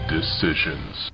Decisions